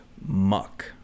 muck